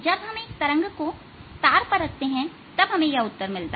जब हम एक तरंग को तार पर रखते हैं तब हमें यह उत्तर मिलता है